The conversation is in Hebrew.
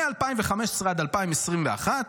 מ-2015 עד 2021,